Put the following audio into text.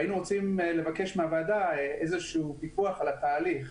היינו רוצים לבקש מהוועדה איזה שהוא פיקוח על התהליך,